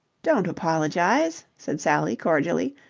don't apologize, said sally cordially.